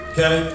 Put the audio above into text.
Okay